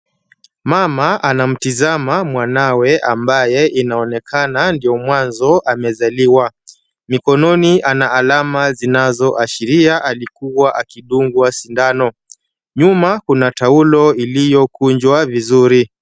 Mama, ana mtazama mwanawe ambaye inaonekana ndiyo mwanzo amezaliwa. Mikononi ana alama zinazoashiria alikuwa akidungwa sindano. Nyuma kuna taulo iliyokunjwa vizuri.